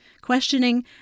Questioning